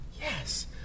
Yes